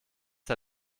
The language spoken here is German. der